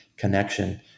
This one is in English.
connection